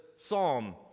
psalm